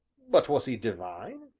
but was he divine?